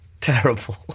terrible